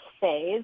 phase